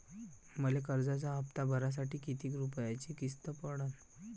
मले कर्जाचा हप्ता भरासाठी किती रूपयाची किस्त पडन?